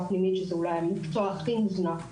פנימית שזה אולי המקצוע הכי מוזנח בארץ.